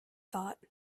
thought